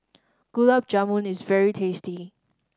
Gulab Jamun is very tasty